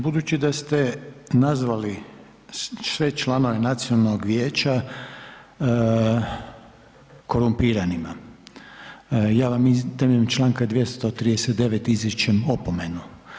Budući da ste nazvali sve članove Nacionalnog vijeća korumpiranima, ja vam temeljem čl. 239. izričem opomenu.